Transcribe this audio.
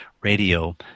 radio